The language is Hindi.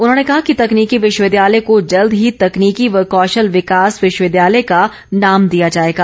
उन्होंने कहा कि तकनीकी विश्वविद्यालय को जल्द ही तकनीकी व कौशल विकास विश्वविद्यालय का नाम दिया जाएगा